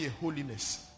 Holiness